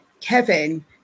kevin